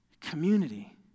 community